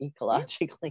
ecologically